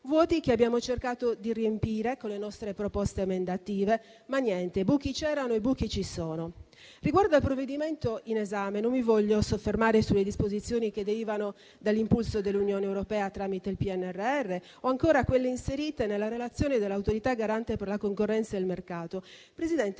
vuoti che abbiamo cercato di riempire con le nostre proposte emendative. Ma niente da fare, perché buchi c'erano e buchi ci sono. Riguardo al provvedimento in esame, non mi voglio soffermare sulle disposizioni che derivano dall'impulso dell'Unione europea tramite il PNRR o ancora quelle inserite nella relazione dell'Autorità garante per la concorrenza e il mercato. Signor Presidente,